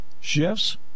Shifts